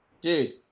dude